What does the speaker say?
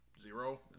zero